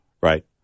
right